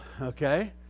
okay